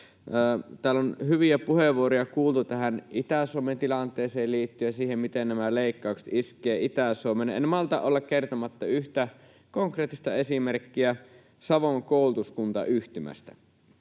Täällä on hyviä puheenvuoroja kuultu tähän Itä-Suomen tilanteeseen liittyen, siihen, miten nämä leikkaukset iskevät Itä-Suomeen. En malta olla kertomatta yhtä konkreettista esimerkkiä Savon koulutuskuntayhtymästä.